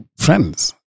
friends